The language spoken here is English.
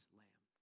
lamb